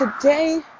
today